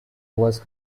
was